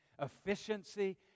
Efficiency